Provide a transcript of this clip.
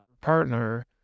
Partner